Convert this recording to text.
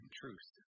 truth